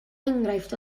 enghraifft